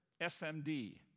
SMD